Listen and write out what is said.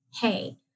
Hey